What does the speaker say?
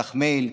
תשלח מייל,